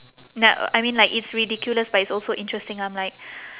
no I mean like it's ridiculous but it's also interesting I'm like